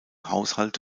haushalt